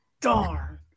Darn